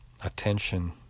attention